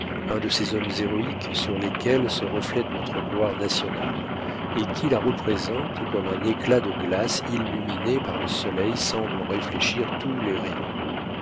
un de ces hommes héroïques sur lesquels se reflète notre gloire nationale et qui la représentent comme un éclat de glace illuminé par le soleil semble en réfléchir tous les rayons